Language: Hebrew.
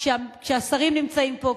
כשהשרים נמצאים פה,